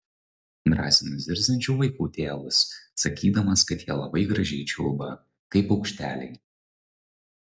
drąsinu zirziančių vaikų tėvus sakydamas kad jie labai gražiai čiulba kaip paukšteliai